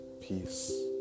peace